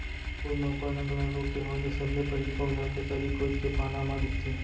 फूल म पर्नगलन रोग के होय ले सबले पहिली पउधा के तरी कोइत के पाना म दिखथे